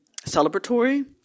celebratory